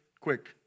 quick